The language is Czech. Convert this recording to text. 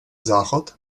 záchod